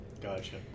Gotcha